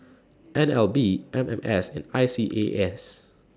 N L B M M S and I C A S